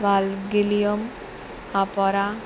वाल्गिलियम आपोरा